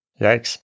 Yikes